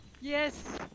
Yes